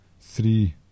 Three